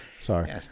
Sorry